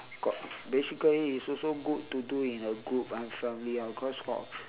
got basically it's also good to do in a group and family ah cause got